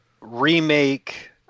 remake